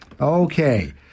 Okay